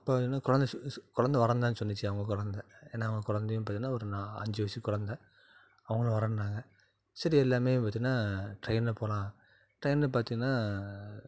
அப்போ என்ன கொழந்த சொ சொ கொழந்த வர்றேன்தான் சொன்னிச்சு அவங்க கொழந்த ஏன்னா அவங்க கொழந்தயும் பார்த்தீங்கன்னா ஒரு நா அஞ்சு வயது கொழந்த அவங்களும் வரேன்னாங்க சரி எல்லாமே பார்த்தின்னா ட்ரெயினில் போகலாம் ட்ரெயினில் பார்த்திங்கன்னா